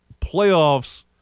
playoffs